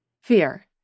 Fear